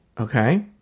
Okay